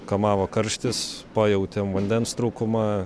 kamavo karštis pajautėm vandens trūkumą